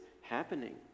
happening